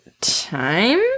time